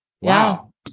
Wow